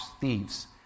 thieves